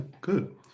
good